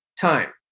time